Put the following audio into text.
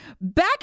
Back